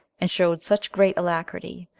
and showed such great alacrity,